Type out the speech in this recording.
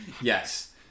Yes